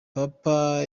papa